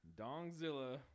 Dongzilla